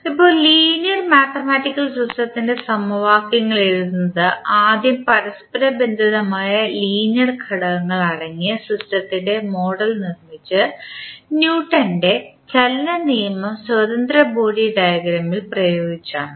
ഇപ്പോൾ linear mathematical സിസ്റ്റത്തിൻറെ സമവാക്യങ്ങൾ എഴുതുന്നത് ആദ്യം പരസ്പരബന്ധിതമായ ലീനിയർ ഘടകങ്ങൾ അടങ്ങിയ സിസ്റ്റത്തിൻറെ മോഡൽ നിർമ്മിച്ച് ന്യൂട്ടൻറെ ചലന നിയമം സ്വതന്ത്ര ബോഡി ഡയഗ്രാമിൽ പ്രയോഗിച്ചാണ്